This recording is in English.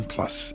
Plus